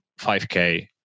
5K